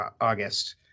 August